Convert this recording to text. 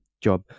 job